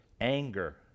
anger